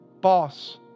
boss